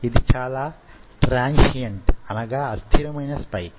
ఇది చాలా అస్థిరమైన ట్రాన్సియన్ట్ స్పైక్